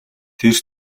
тэр